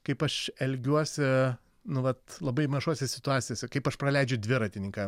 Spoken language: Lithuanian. kaip aš elgiuosi nu vat labai mažose situacijose kaip aš praleidžiu dviratininką